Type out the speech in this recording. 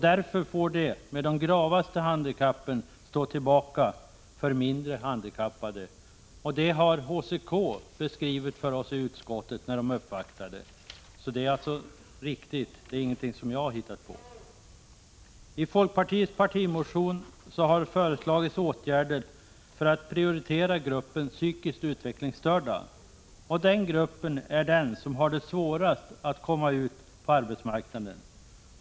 Därför får de som har de mest grava handikappen stå tillbaka för mindre handikappade. Det har HCK beskrivit för oss vid en uppvaktning i utskottet. Det är alltså riktigt; det är ingenting som jag har hittat på. I folkpartiets partimotion har föreslagits särskilda åtgärder för att prioritera gruppen psykiskt utvecklingsstörda. Det är den grupp som har det svårast att komma ut på arbetsmarknaden.